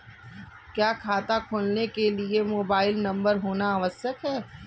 क्या खाता खोलने के लिए मोबाइल नंबर होना आवश्यक है?